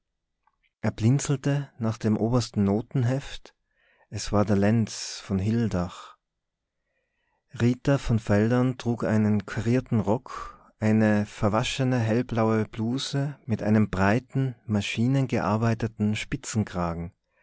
er blinzelte nach dem obersten notenheft es war der lenz von hildach rita von veldern trug einen karierten rock eine verwaschene hellblaue bluse mit einem breiten maschinengearbeiteten